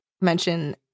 mention